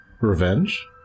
revenge